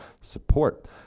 support